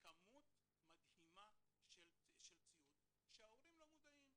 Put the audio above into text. כמות מדהימה של ציוד שההורים לא מודעים.